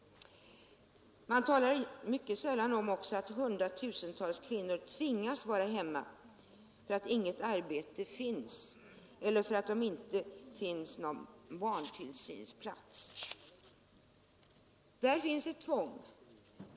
Vidare talar man mycket sällan om att hundratusentals kvinnor tvingas vara hemma därför att det inte finns något arbete för dem eller för att det inte finns plats för barnen på daghemmet. Där råder det alltså tvång.